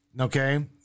okay